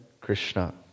Krishna